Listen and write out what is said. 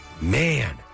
Man